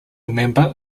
member